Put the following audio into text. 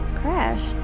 crashed